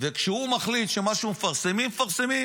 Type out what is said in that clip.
וכשהוא מחליט שמפרסמים משהו, מפרסמים.